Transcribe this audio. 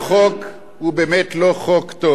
החוק הוא באמת לא חוק טוב